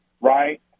right